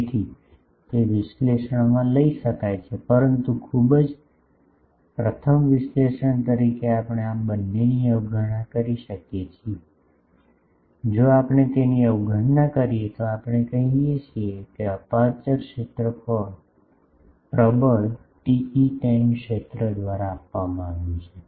તેથી તે વિશ્લેષણમાં લઈ શકાય છે પરંતુ ખૂબ જ પ્રથમ વિશ્લેષણ તરીકે આપણે આ બંનેની અવગણના કરી શકીએ છીએ જો આપણે તેની અવગણના કરીએ તો આપણે કહી શકીએ કે અપેરચ્યોર ક્ષેત્ર પણ પ્રબળ TE10 ક્ષેત્ર દ્વારા આપવામાં આવ્યું છે